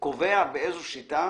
שקובע באיזו שיטה